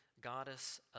goddess